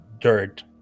dirt